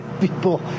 people